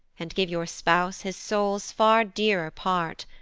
and give your spouse his soul's far dearer part,